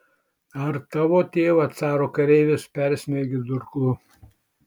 ar tavo tėvą caro kareivis persmeigė durklu